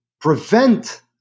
prevent